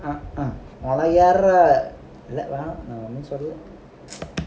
அத யாருடா நான் ஒண்ணும் சொல்லல:adha yaaruda naan onnum sollala